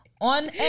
On